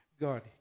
God